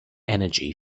energy